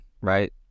right